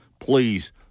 please